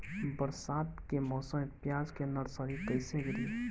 बरसात के मौसम में प्याज के नर्सरी कैसे गिरी?